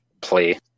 play